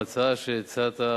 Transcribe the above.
להצעה שהצעת,